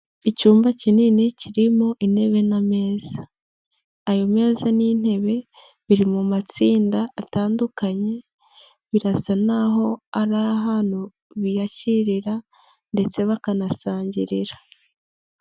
Icyumba kinini kirimo intebe n'ameza, ayo meza n'intebe biri mu matsinda atandukanye, birasa n'aho ari ahantu biyakirira ndetse bakanasangirira.